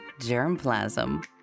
germplasm